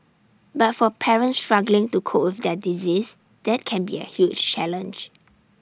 but for parents struggling to cope with their disease that can be A huge challenge